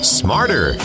smarter